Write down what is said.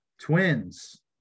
Twins